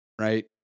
right